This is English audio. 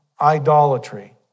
idolatry